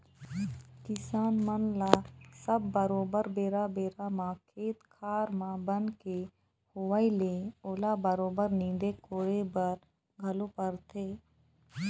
किसान मन ल सब बरोबर बेरा बेरा म खेत खार म बन के होवई ले ओला बरोबर नींदे कोड़े बर घलोक परथे